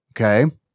Okay